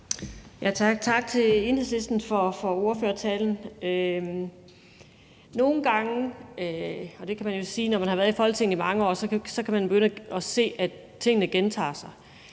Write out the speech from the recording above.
tak til Enhedslistens ordfører for ordførertalen. Når man har været i Folketinget i mange år, kan man begynde at se, at tingene gentager sig,